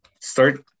start